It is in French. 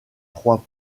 trois